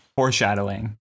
foreshadowing